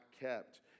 kept